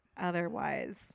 otherwise